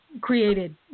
created